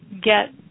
get